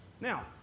Now